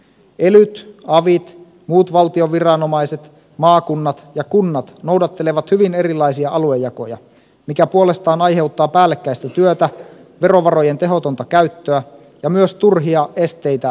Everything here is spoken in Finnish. elyt avit muut valtion viranomaiset maakunnat ja kunnat noudattelevat hyvin erilaisia aluejakoja mikä puolestaan aiheuttaa päällekkäistä työtä verovarojen tehotonta käyttöä ja myös turhia esteitä yhteistyölle